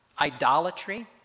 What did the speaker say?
idolatry